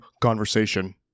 conversation